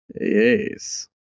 Yes